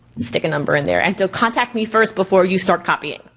stick a number in there. and to contact me first before you start copying.